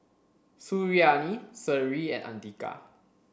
Suriani Seri and Andika